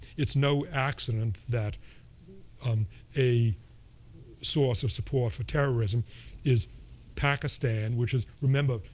it's no accident that um a source of support for terrorism is pakistan, which is remember,